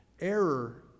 Error